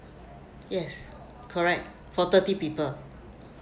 yes correct for thirty people